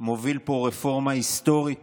מוביל פה רפורמה היסטורית